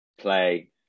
play